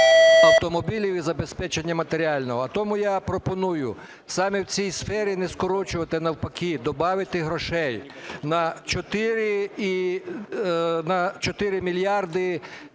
автомобілів, і забезпечення матеріального. Тому я пропоную саме в цій сфері не скорочувати, а навпаки добавити грошей на 4 мільярди і